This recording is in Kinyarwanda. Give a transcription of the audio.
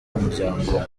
umuryango